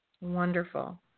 Wonderful